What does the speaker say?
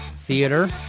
theater